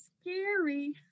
scary